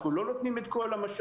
אנחנו לא נותנים את כל המשאבים.